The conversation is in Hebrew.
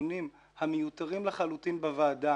הדיונים המיותרים לחלוטין בוועדה